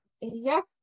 Yes